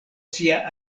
sia